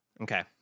Okay